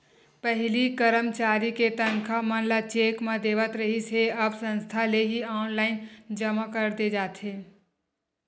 पहिली करमचारी के तनखा मन ल चेक म देवत रिहिस हे अब संस्था ले ही ऑनलाईन जमा कर दे जाथे